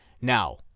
now